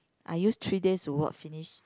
I use three days to watch finish